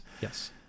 Yes